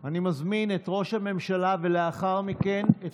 אני מזמין את ראש הממשלה ולאחר מכן את